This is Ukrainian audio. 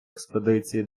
експедиції